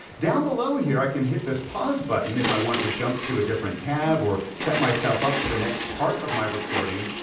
down below here, i can hit this pause button if i want to jump to a different tab, or set myself up for the next part of my recording.